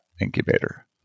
incubator